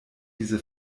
diese